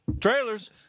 Trailers